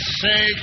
say